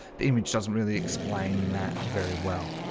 the image doesn't really explain that very well.